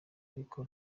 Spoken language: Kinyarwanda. ariko